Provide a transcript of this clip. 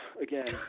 again